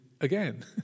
again